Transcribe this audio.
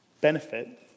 benefit